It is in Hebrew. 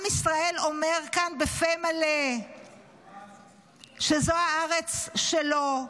עם ישראל אומר כאן בפה מלא שזו הארץ שלו,